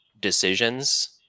decisions